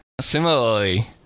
Similarly